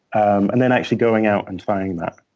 um and then actually going out and trying that,